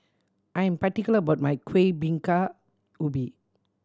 I am particular about my Kuih Bingka Ubi